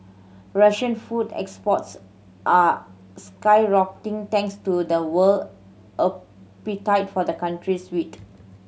Russian food exports are skyrocketing thanks to the world appetite for the country's wheat